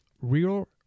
Real